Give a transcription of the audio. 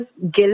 guilt